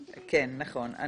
כן, נכון.